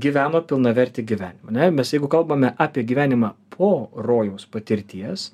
gyveno pilnavertį gyvenimą ne mes jeigu kalbame apie gyvenimą po rojaus patirties